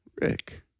Rick